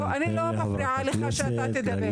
אני לא מפריעה לך כשאתה תדבר.